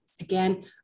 Again